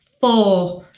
four